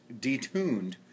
detuned